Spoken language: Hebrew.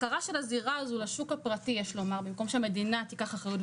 הפקרה של הזירה הזו לשוק הפרטי במקום שהמדינה תיקח אחריות,